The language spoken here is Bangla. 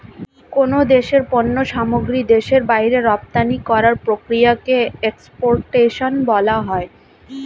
কোন দেশের পণ্য সামগ্রী দেশের বাইরে রপ্তানি করার প্রক্রিয়াকে এক্সপোর্টেশন বলা হয়